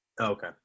Okay